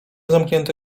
zamknięte